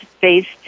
based